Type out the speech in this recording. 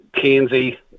Kenzie